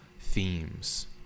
themes